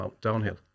downhill